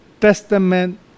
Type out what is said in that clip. Testament